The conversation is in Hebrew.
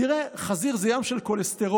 תראה, חזיר זה ים של כולסטרול,